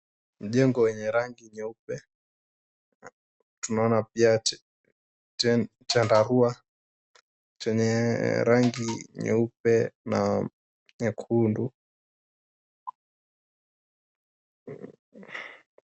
Jengo yenye rangi nyeupe na tunaona pia chandarua chenye rangi nyeupe na nyekundu.